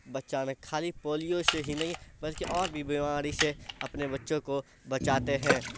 بچہ میں خالی پولیو سے ہی نہیں بلکہ اور بھی بیماری سے اپنے بچوں کو بچاتے ہیں